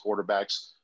quarterbacks